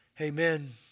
Amen